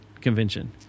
convention